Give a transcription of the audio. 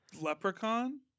Leprechaun